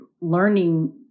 learning